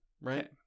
right